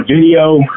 video